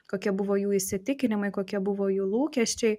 kokie buvo jų įsitikinimai kokie buvo jų lūkesčiai